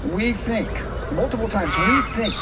we think multiple times we think